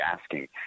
asking